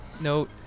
note